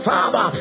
Father